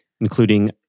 including